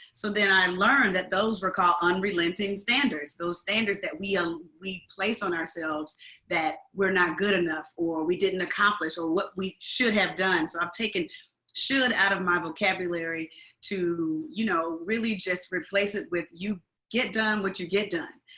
so then i learned that those recall unrelenting standards, those standards that we place on ourselves that we're not good enough, or we didn't accomplish, or what we should have done. so i've taken should out of my vocabulary to you know really just replace it with, you get done what you get done.